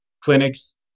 clinics